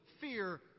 fear